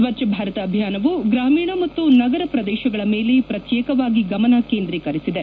ಸ್ವಚ್ಗ ಭಾರತ ಅಭಿಯಾನವು ಗ್ರಾಮೀಣ ಮತ್ತು ನಗರ ಪ್ರದೇಶಗಳ ಮೇಲೆ ಪ್ರತ್ಯೇಕವಾಗಿ ಗಮನ ಕೇಂದ್ರೀಕರಿಸಿದೆ